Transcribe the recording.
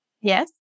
Yes